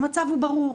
המצב הוא ברור.